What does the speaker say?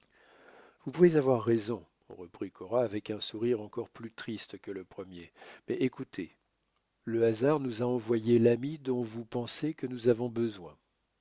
vous pouvez avoir raison reprit cora avec un sourire encore plus triste que le premier mais écoutez le hasard nous a envoyé l'ami dont vous pensez que nous avons besoin